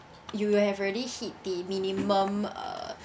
you have already hit the minimum uh